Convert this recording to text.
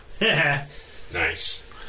Nice